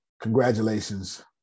Congratulations